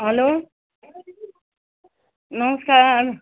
hello नमस्कार